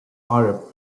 arab